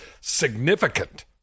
significant